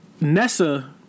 Nessa